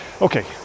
okay